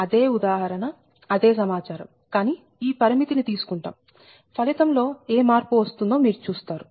అదే ఉదాహరణ అదే సమాచారం కానీ ఈ పరిమితి ని తీసుకుంటాము ఫలితం లో ఏ మార్పు వస్తుందో మీరు చూస్తారు